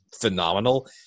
phenomenal